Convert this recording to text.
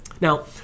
Now